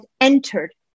entered